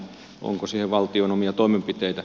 onko siihen valtion omia toimenpiteitä